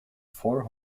four